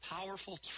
powerful